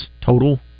total